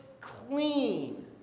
clean